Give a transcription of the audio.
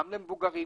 גם למבוגרים,